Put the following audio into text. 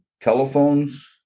telephones